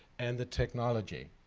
and the technology.